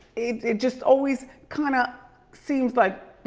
it it just always kinda seems like,